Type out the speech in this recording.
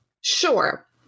Sure